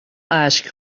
اشک